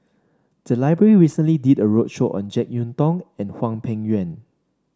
the library recently did a roadshow on JeK Yeun Thong and Hwang Peng Yuan